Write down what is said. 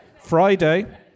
Friday